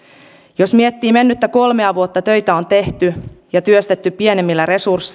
jos miettii mennyttä kolmea vuotta töitä on tehty ja työstetty pienemmillä resursseilla